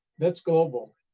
that's global.